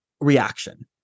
reaction